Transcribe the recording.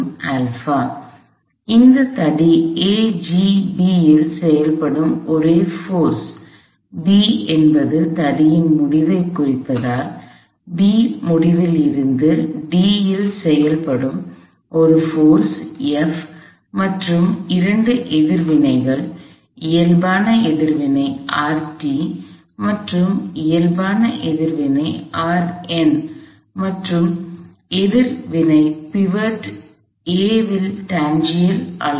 எனவே இந்த தடி AGB இல் செயல்படும் ஒரே போர்ஸ் விசை B என்பது தடியின் முடிவைக் குறிப்பதால் B முடிவில் இருந்து d ல் செயல்படும் ஒரு போர்ஸ் விசை F மற்றும் இரண்டு எதிர்வினைகள் இயல்பான எதிர்வினை மற்றும் இயல்பான எதிர்வினை மற்றும் எதிர்வினை பிவோட் A இல் டான்ஜென்ஷியல் இது அளவு